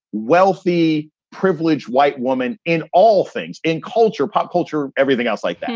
wealthy, privileged white woman in all things, in culture, pop culture, everything else like that.